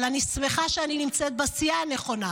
אבל אני שמחה שאני נמצאת בסיעה הנכונה,